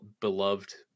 beloved